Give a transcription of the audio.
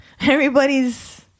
everybody's